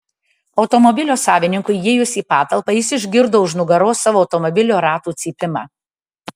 automobilio savininkui įėjus į patalpą jis išgirdo už nugaros savo automobilio ratų cypimą